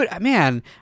Man